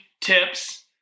tips